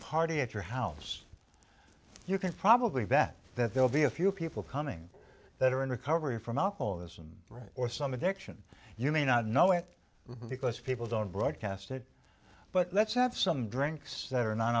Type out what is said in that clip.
party at your house you can probably bet that they'll be a few people coming that are in recovery from alcoholism or some addiction you may not know it because people don't broadcast it but let's have some drinks that are